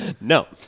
No